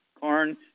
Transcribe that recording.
corn